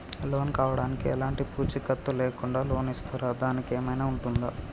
Loan కావడానికి ఎలాంటి పూచీకత్తు లేకుండా లోన్ ఇస్తారా దానికి ఏమైనా ఉంటుందా?